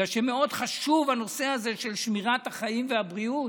בגלל שמאוד חשוב הנושא הזה של שמירת החיים והבריאות,